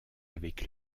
avec